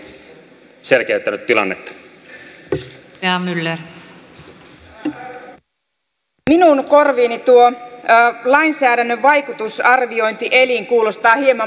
minun korviini tuo lainsäädännön vaikutusarviointielin kuulostaa hieman byrokraattiselta